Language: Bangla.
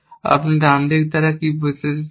আপনি ডান দিক দ্বারা কি বোঝাতে চান